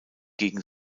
gegen